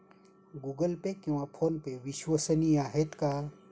Google Pay किंवा PhonePe विश्वसनीय आहेत का?